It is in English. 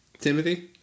Timothy